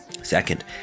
Second